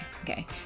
okay